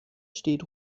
steht